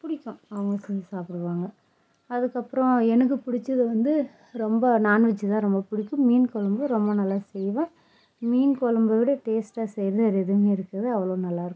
பிடிக்கும் அவங்க செஞ்சு சாப்பிடுவாங்க அதுக்கப்புறம் எனக்கு பிடிச்சது வந்து ரொம்ப நாண்வெஜ்ஜு தான் ரொம்ப பிடிக்கும் மீன் குழம்பு ரொம்ப நல்லா செய்வ மீன் குழம்ப விட டேஸ்ட்டாக செய்யறது வேறு எதுவுமே இருக்காது அவ்வளோ நல்லாருக்கும்